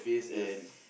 yes